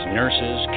nurses